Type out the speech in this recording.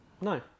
no